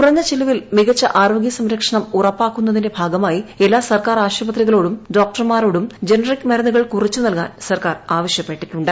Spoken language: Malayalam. കുറഞ്ഞ ചെലവിൽ മികച്ച ആരോഗ്യ സംരക്ഷണം ഉറപ്പാക്കുന്നതിന്റെ ഭാഗമായി എല്ലാ സർക്കാർ ആശുപത്രികളോടും ഡോക്ടർമാരോടും ജനറിക് മരുന്നുകൾ കുറിച്ച് നൽകാൻ സർക്കാർ ആവശ്യപ്പെട്ടിട്ടുണ്ട്